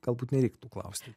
galbūt nereiktų klausti